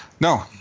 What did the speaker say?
No